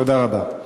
תודה רבה.